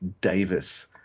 Davis